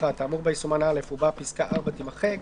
האמור בה יסומן (א) ובה: פסקה (4) - תימחק,